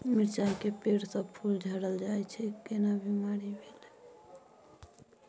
मिर्चाय के पेड़ स फूल झरल जाय छै केना बीमारी भेलई?